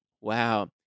wow